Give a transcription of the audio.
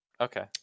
Okay